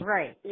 Right